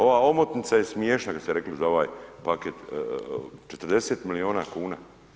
Ova omotnica je smiješna, što ste rekli za ovaj paket 40 milijuna kuna.